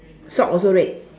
sock also red